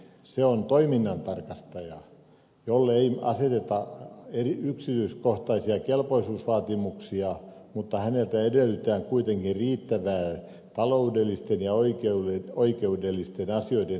se on toiminnantarkastaja jolle ei aseteta yksityiskohtaisia kelpoisuusvaatimuksia mutta häneltä edellytetään kuitenkin riittävää taloudellisten ja oikeudellisten asioiden tuntemusta